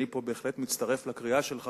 אני פה בהחלט מצטרף לקריאה שלך,